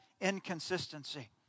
inconsistency